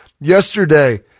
yesterday